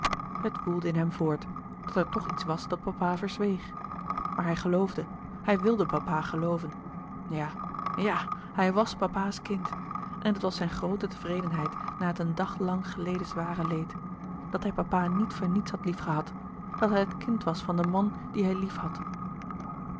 het woelde in hem voort dat er toch iets was dat papa verzweeg maar hij geloofde hij wilde papa gelooven ja ja hij was papa's kind en dat was zijn groote tevredenheid na het een dag lang geleden zware leed dat hij papa niet voor niets had liefgehad dat hij het kind was van den man dien hij liefhad